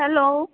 hello